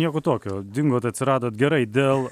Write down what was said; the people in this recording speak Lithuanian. nieko tokio dingot atsiradot gerai dėl